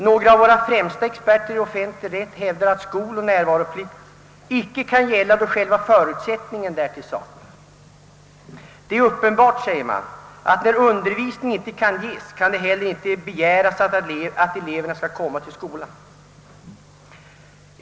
Några av våra främsta experter i offentlig rätt hävdar att skoloch närvaroplikten icke kan gälla då själva förutsättningen därtill saknas. Det är uppenbart, säger man, att när undervisning inte kan ges, kan det heller inte begäras att eleverna skall komma till skolan.